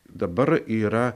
dabar yra